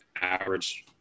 average